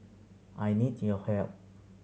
I need your help